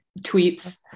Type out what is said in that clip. Tweets